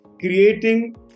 creating